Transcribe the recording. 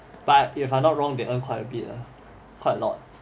but if I'm not wrong they earn quite a bit lah quite a lot